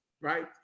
right